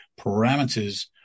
parameters